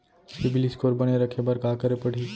CIBIL score बने रखे बर का करे पड़ही?